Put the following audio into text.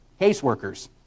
caseworkers